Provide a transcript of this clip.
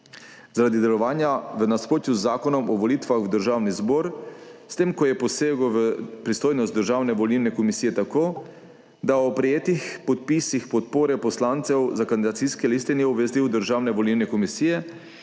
zaradi delovanja v nasprotju z Zakonom o volitvah v državni zbor, s tem ko je posegel v pristojnost Državne volilne komisije, tako da o prejetih podpisih podpore poslancev za kandidacijske liste ni obvestil Državne volilne komisije